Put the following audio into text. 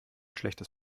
schlechtes